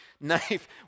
Knife